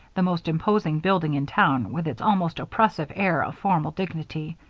the most imposing building in town with its almost oppressive air of formal dignity.